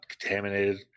Contaminated